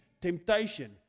temptation